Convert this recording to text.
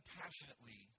passionately